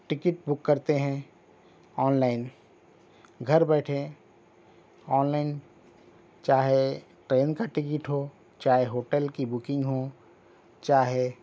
ticket book کرتے ہیں online گھر بیٹھے آنلائن چاہے ٹرین کا ٹکٹ ہو چاہے ہوٹل کی بکنگ ہو چاہے